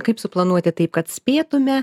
kaip suplanuoti taip kad spėtume